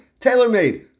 TaylorMade